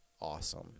awesome